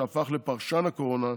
שהפך לפרשן הקורונה,